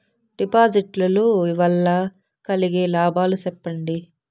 డిపాజిట్లు లు వల్ల కలిగే లాభాలు సెప్పండి?